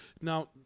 Now